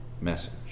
message